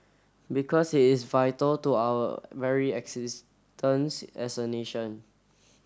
because it is vital to our very existence as a nation